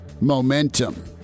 momentum